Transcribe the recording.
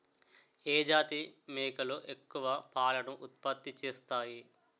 ఏ జాతి మేకలు ఎక్కువ పాలను ఉత్పత్తి చేస్తాయి?